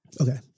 Okay